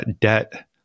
debt